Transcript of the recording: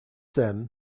then